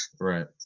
Right